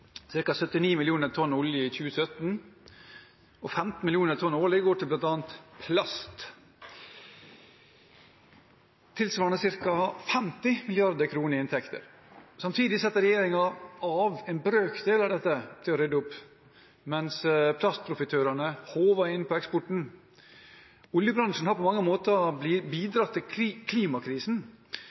ca. 79 millioner tonn olje i 2017, og 15 millioner tonn årlig går til blant annet plastproduksjon, tilsvarende ca. 50 milliarder kroner i inntekter. Samtidig setter regjeringen av en brøkdel av dette til å rydde opp, mens plastprofitørene håver inn på eksporten. Oljebransjen har på mange måter bidratt til klimakrisen.